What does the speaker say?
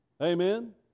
Amen